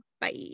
bye